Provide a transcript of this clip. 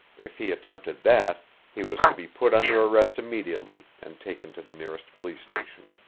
if he attempted that, he was to be put under arrest immediately and taken to the nearest police station.